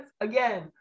again